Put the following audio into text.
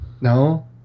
No